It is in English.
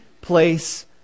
place